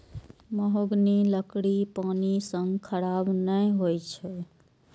महोगनीक लकड़ी पानि सं खराब नै होइ छै